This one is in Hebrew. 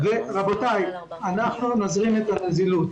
רבותיי, אנחנו נזרים את הנזילות.